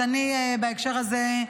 אז אני, בהקשר הזה,